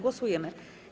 Głosujemy.